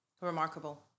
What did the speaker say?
remarkable